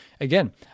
again